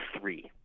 three